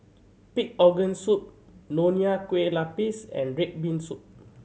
pig organ soup Nonya Kueh Lapis and red bean soup